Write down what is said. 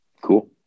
Cool